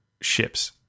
ships